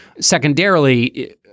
Secondarily